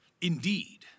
Indeed